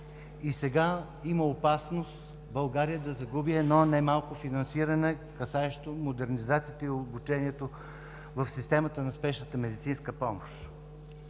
и сега има опасност България да загуби едно немалко финансиране, касаещо модернизацията и обучението в системата на спешната медицинска помощ.